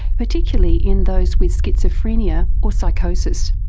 particularly in those with schizophrenia or psychosis.